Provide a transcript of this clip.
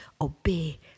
obey